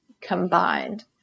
combined